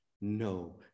No